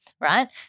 right